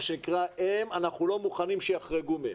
דברים שאנחנו לא מוכנים שיחרגו מהם.